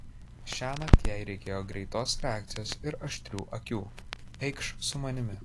šiąnakt jai reikėjo greitos reakcijos ir aštrių akių eikš su manimi